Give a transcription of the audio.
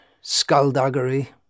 skullduggery